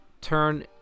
turn